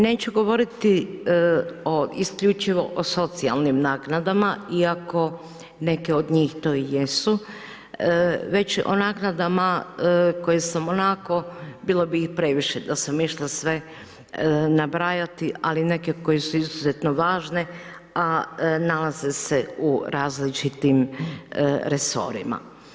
Neću govoriti isključivo o socijalnim naknadama iako neke od njih to i jesu već o naknadama koje sam onako, bilo bi i previše da sam išla sve nabrajati ali neke su izuzetno važne a nalaze se u različitim resorima.